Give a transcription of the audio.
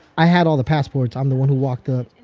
i had all the passports. i'm the one who walked up.